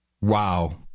Wow